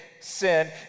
sin